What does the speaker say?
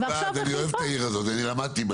אני בא ואני אוהב את העיר הזאת, אני למדתי בה.